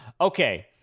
Okay